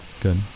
Good